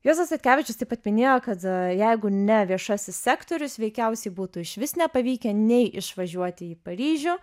juozas statkevičius taip pat minėjo kad jeigu ne viešasis sektorius veikiausiai būtų išvis nepavykę nei išvažiuoti į paryžių